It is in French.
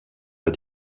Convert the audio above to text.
pas